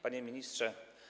Panie Ministrze!